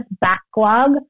backlog